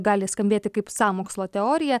gali skambėti kaip sąmokslo teorija